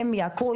הם יעקרו,